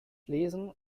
lesen